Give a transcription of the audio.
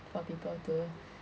for people to